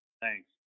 Thanks